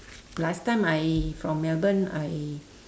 last time I from melbourne I